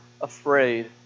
afraid